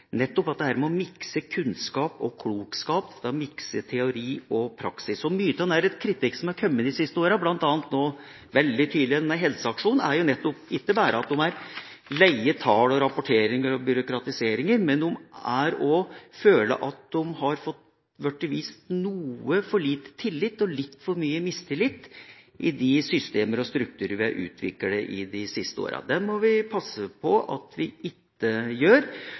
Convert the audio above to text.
nettopp dette med å mikse kunnskap og klokskap og mikse teori og praksis. Mye av den kritikken som har kommet de siste åra, bl.a. nå veldig tydelig gjennom Helsetjensteaksjonen, er ikke bare at en er lei av tall, rapporteringer og byråkratisering, men en føler også at en er blitt vist noe for lite tillit og litt for mye mistillit i de systemer og strukturer vi har utviklet de siste åra. Det må vi passe på at vi ikke gjør.